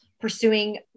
pursuing